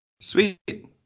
Sweet